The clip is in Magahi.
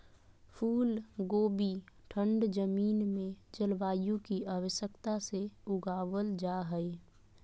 फूल कोबी ठंड जमीन में जलवायु की आवश्यकता से उगाबल जा हइ